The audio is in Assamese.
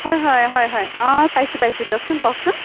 হয় হয় হয় হয় পাৰিছোঁ পাৰিছোঁ দিয়কচোন কওকচোন